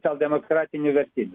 socialdemokratinių vertybių